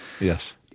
yes